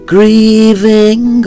Grieving